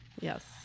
yes